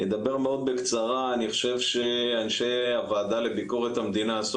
נדבר מאוד בקצרה- אני חושב שאנשי הוועדה לביקורת המדינה עשו